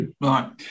right